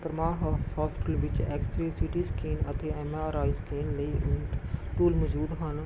Parmar hospital ਵਿੱਚ X ray C T scan ਅਤੇ M R I scan ਲਈ tool ਮੌਜੂਦ ਹਨ